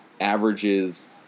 averages